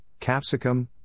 capsicum